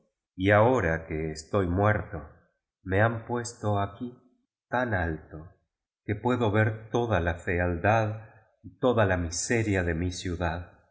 y ahora que estoy muerto me han puesto aquí tan alto que puedo ver toda la fealdad y toda la miseria de mi ciudad